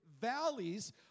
valleys